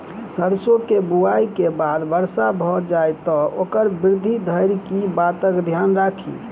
सैरसो केँ बुआई केँ बाद वर्षा भऽ जाय तऽ ओकर वृद्धि धरि की बातक ध्यान राखि?